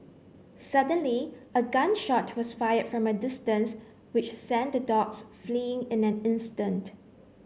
suddenly a gun shot was fired from a distance which sent the dogs fleeing in an instant